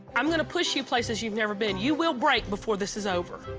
i'm gonna push you places you've never been. you will break before this is over.